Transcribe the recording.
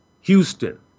Houston